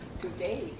today